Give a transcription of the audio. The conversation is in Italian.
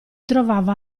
trovava